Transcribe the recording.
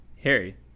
Harry